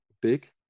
big